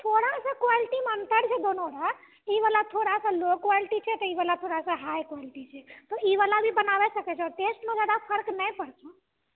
थोड़ा सा क्वालिटी मे अंतर छै दोनोमे ई वाला थोड़ा सा लो क्वालिटी छै तऽ ई वाला थोड़ा सा हाई क्वालिटी छै तऽ ई वाला भी बनाबी सकइ छौ टेस्ट मे जादा फर्क नहि पड़तो